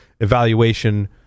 evaluation